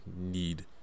need